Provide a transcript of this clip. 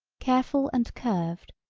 careful and curved,